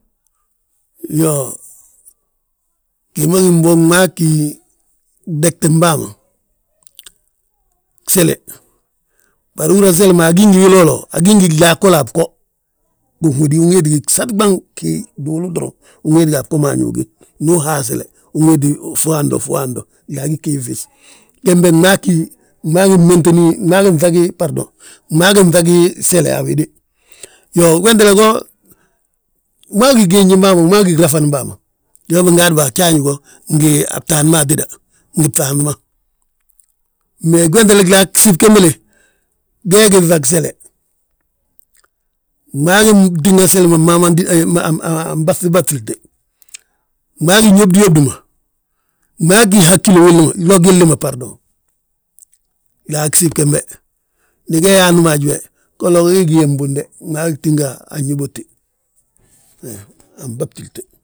Iyoo, wima gímbo wi ma gí degtim bàa ma, gsele, bari uhúra seli ma agí ngi wiloolo, agí ngi glag golla a bgo ginhódi unwéeti wi gsati ɓaŋ gí gduulu droŋ, uwéetigi a bgo ma añuugi, ndu uhaa sele, unwéeti fo hando fo hando glaagi ghii fis. Gembe, gmaa ggí, gmaagi nŧagi sele a wéde. Iyoo, gwéntele go, gmaa ggí ginjim bàa ma gmaa ggí grafanim bàa ma, gima bingaadi bo a gjaaji go ngi a btaan ma atéda, ngi ŧaanŧi ma. Mee glaag gsib gémbele, geegi ŧag sele, gmaa ggí tinga seli ma anɓaŧi ɓaŧilte, gmaa ggí nyóbdiyobdi ma, gmaa ggí haggilo wili ma glo gilli ma glaag gsib gembe. Ndi ge yaanti mo haji golla ge, ge gige nbunde, gee tinga anyóbodte, anbaŧilte.